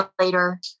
later